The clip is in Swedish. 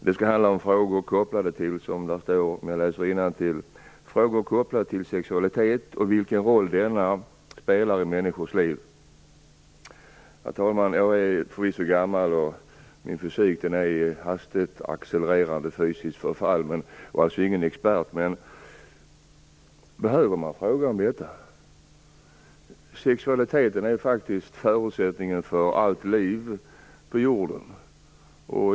Den skall handla om frågor kopplade till, som det heter, sexualitet och vilken roll denna spelar i människors liv. Fru talman! Jag är förvisso gammal och genomgår ett hastigt accelerande fysiskt förfall, och jag är ingen expert på området, men jag undrar: Behöver man fråga om detta? Sexualiteten är faktiskt förutsättningen för allt liv på jorden.